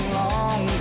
long